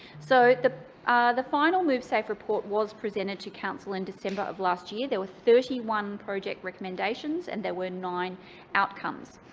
so the the final move safe report was presented to council in december of last year. there were thirty one project recommendations and there nine outcomes.